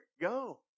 Go